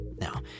Now